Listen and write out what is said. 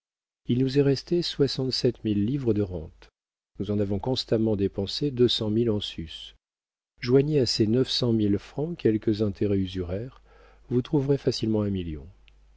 il nous est resté soixante-sept mille livres de rente nous en avons constamment dépensé deux cent mille en sus joignez à ces neuf cent mille francs quelques intérêts usuraires vous trouverez facilement un million